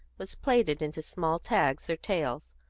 was plaited into small tags or tails,